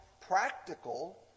practical